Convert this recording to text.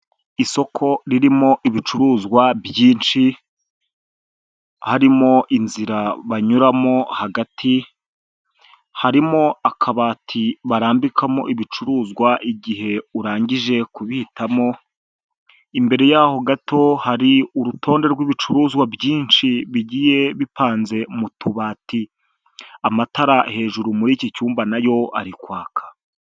Isoko ririmo ibicuruzwa byinshi, harimo inzira banyuramo hagati, harimo akabati barambikamo ibicuruzwa igihe urangije kubihitamo, imbere yaho gato, hari urutonde rw'ibicuruzwa byinshi bigiye bipanze mu tubati. Amatara hejuru muri iki cyumba nayo ari kwaka.